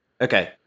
Okay